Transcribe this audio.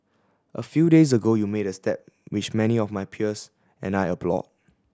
a few days ago you made a step which many of my peers and I applauded